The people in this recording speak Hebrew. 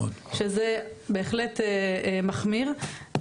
שזה בהחלט מחמיר,